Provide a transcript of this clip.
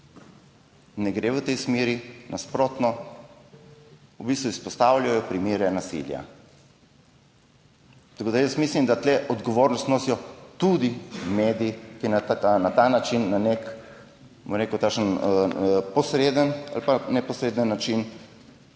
ne gre v tej smeri, nasprotno, v bistvu izpostavljajo primere nasilja. Tako da jaz mislim, da tu odgovornost nosijo tudi mediji, ki na ta način na nek, bom rekel, posreden ali pa neposreden način